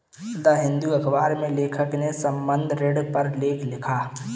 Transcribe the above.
the Hindu अखबार में लेखक ने संबंद्ध ऋण पर लेख लिखा